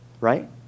right